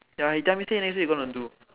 ya he tell me say next week he gonna do